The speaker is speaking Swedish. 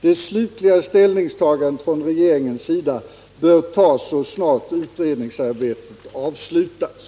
Det slutliga ställningstagandet från regeringens sida bör tas så snart utredningsarbetet avslutats.”